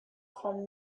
from